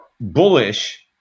bullish